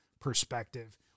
perspective